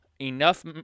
enough